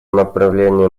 направлении